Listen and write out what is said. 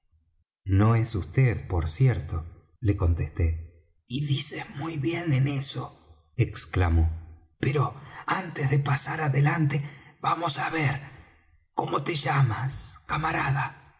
no es vd por cierto le contesté y dices muy bien en eso exclamó pero antes de pasar adelante vamos á ver cómo te llamas camarada